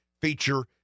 feature